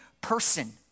person